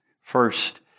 First